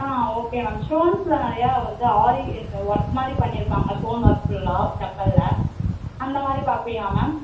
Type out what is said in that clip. ஆ okay ma'am ஸ்டோன்ஸில் நிறையா வந்து ஆரி அந்த ஒர்க் மாதிரி பண்ணியிருப்பாங்க ஸ்டோன் ஒர்க் ஃபுல்லாக செப்பலில் அந்தமாதிரி பார்க்குறீங்களா மேம்